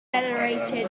venerated